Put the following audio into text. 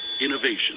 Innovation